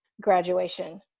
graduation